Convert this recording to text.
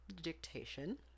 dictation